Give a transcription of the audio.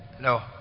No